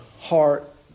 heart